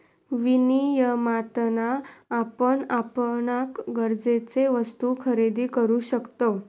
विनियमातना आपण आपणाक गरजेचे वस्तु खरेदी करु शकतव